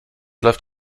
läuft